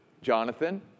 Jonathan